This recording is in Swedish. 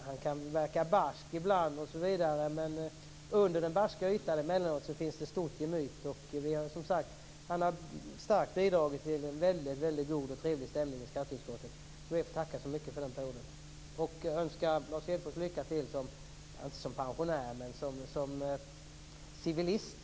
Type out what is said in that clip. Han kan verka barsk ibland, men under den barska ytan finns det emellanåt ett stort gemyt. Han har starkt bidragit till en god och trevlig stämning i skatteutskottet. Jag ber att få tacka så mycket för den här perioden och önskar Lars Hedfors lycka till som civilist.